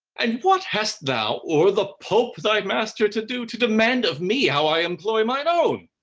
and what hast thou or the pope thy master to do to demand of me, how i employ mine own?